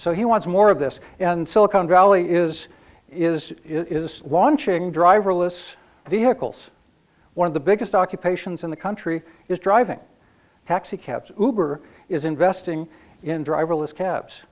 so he wants more of this and silicon valley is is is launching driverless vehicles one of the biggest occupations in the country is driving taxi cabs uber is investing in driverless ca